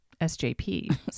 SJP